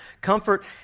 comfort